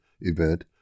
event